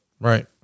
right